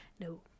No